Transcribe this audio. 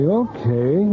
okay